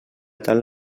tal